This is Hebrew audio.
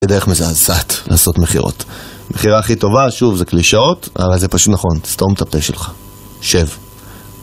זה דרך מזעזעת לעשות מחירות. המחירה הכי טובה, שוב, זה קלישאות , אבל זה פשוט נכון, סתום את הפה שלך. שב.